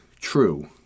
true